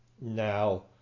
Now